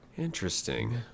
Interesting